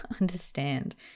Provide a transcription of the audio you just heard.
understand